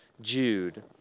Jude